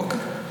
אוקיי.